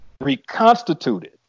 reconstituted